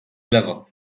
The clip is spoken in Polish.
lewo